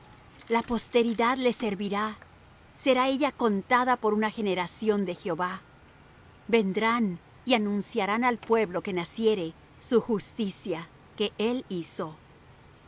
la posteridad le servirá será ella contada por una generación de jehová vendrán y anunciarán al pueblo que naciere su justicia que él hizo salmo